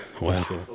Wow